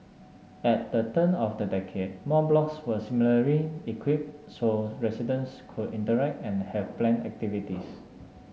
at the turn of the decade more blocks were similarly equipped so residents could interact and have planned activities